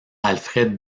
alfred